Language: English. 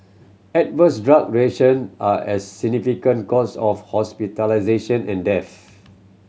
adverse drug reaction are as significant cause of hospitalisation and deaths